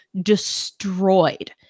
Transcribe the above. destroyed